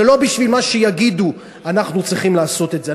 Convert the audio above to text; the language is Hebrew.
לא בשביל מה שיגידו אנחנו צריכים לעשות את זה.